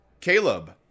Caleb